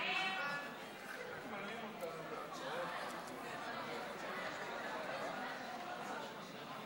קביעת ממלא מקום ראש הממשלה) לא נתקבלה.